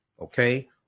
Okay